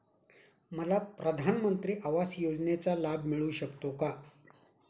मला प्रधानमंत्री आवास योजनेचा लाभ मिळू शकतो का?